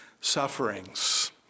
sufferings